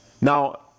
Now